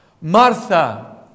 Martha